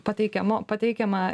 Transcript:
pateikiamu pateikiama